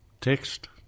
Text